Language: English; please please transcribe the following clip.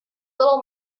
little